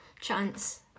chance